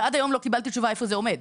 ועד היום לא קיבלתי תשובה איפה זה עומד.